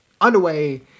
underway